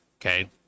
okay